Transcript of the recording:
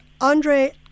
Andre